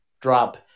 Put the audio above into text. drop